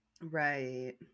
Right